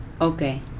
Okay